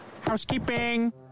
Housekeeping